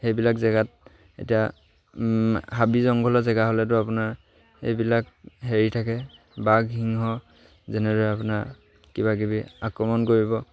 সেইবিলাক জেগাত এতিয়া হাবি জংঘলৰ জেগা হ'লেতো আপোনাৰ সেইবিলাক হেৰি থাকে বাঘ সিংহ যেনেদৰে আপোনাৰ কিবাকিবি আক্ৰমণ কৰিব